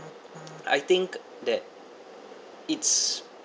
I think that it's